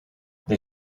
they